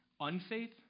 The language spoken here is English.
unfaith